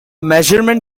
measurement